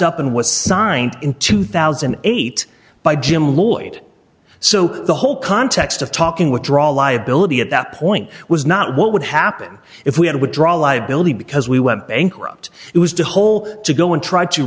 up and was signed in two thousand and eight by jim lloyd so the whole context of talking withdrawal liability at that point was not what would happen if we had withdrawn liability because we went bankrupt it was to hole to go and try to